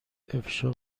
افشا